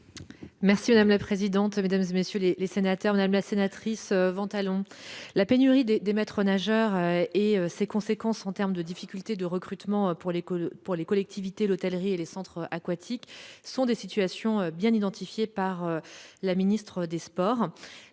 fermées ? La parole est à Mme la ministre déléguée. Madame la sénatrice Ventalon, la pénurie de maîtres-nageurs et ses conséquences en matière de difficultés de recrutement pour les collectivités, l'hôtellerie et les centres aquatiques sont des situations bien identifiées par la ministre des sports.